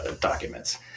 documents